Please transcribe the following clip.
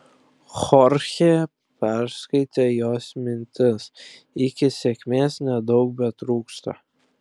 chorchė perskaitė jos mintis iki sėkmės nedaug betrūksta